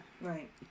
Right